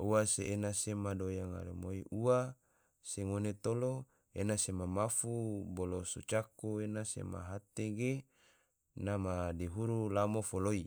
ua se ena se madoya ngaramoi ua se ngone tolo ena sema mafu bolo sojako ena sema hate ge ena ma madihuru lamo foloi